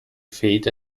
feed